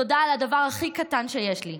תודה על הדבר הכי קטן שיש לי,